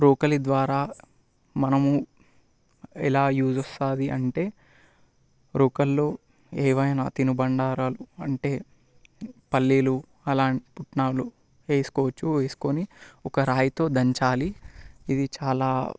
రోకలి ద్వారా మనము ఎలా యూజ్ వస్తుంది అంటే రూకల్లో ఏవైనా తిని బండారాలు అంటే పల్లీలు అలాంటినాలు వేసుకోవచ్చు ఒక రాయితో దంచాలి ఇది చాలా